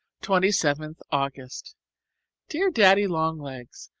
twenty seventh august dear daddy-long-legs,